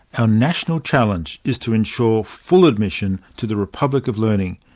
our national challenge is to ensure full admission to the republic of learning,